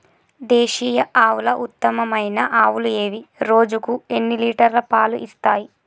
దేశీయ ఆవుల ఉత్తమమైన ఆవులు ఏవి? రోజుకు ఎన్ని లీటర్ల పాలు ఇస్తాయి?